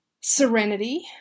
Serenity